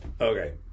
Okay